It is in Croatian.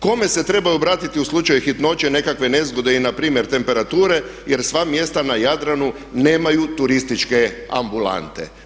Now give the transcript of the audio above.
Kome se trebaju obratiti u slučaju hitnoče, nekakve nezgode i na primjer temperature jer sva mjesta na Jadranu nemaju turističke ambulante.